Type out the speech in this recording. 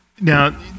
Now